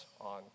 on